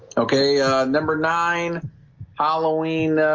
okay number nine halloween